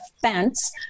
fence